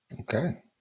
Okay